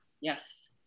Yes